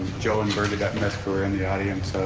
joe and bernadette miszk, who are in the audience, so